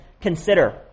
consider